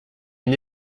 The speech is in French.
une